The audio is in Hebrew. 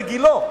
בגילה,